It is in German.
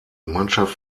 mannschaft